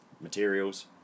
materials